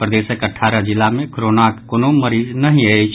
प्रदेशक अठारह जिला मे कोरोनाक कोनो मरीज नहिं अछि